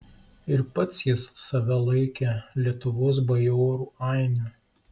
ir pats jis save laikė lietuvos bajorų ainiu